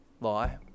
lie